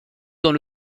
dans